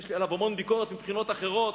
יש לי עליו המון ביקורת מבחינות אחרות,